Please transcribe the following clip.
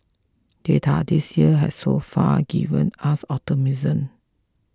data this year has so far given us optimism